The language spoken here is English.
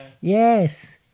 Yes